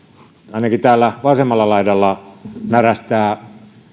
ainakin täällä vasemmalla laidalla närästää